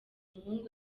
umuhungu